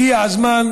הגיע הזמן